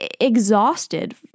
exhausted